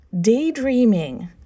daydreaming